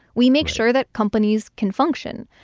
we make sure that companies can function.